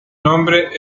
nombre